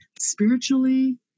spiritually